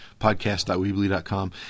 podcast.weebly.com